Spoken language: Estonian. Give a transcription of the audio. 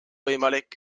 võimalik